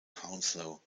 hounslow